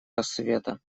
рассвета